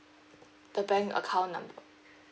the bank account number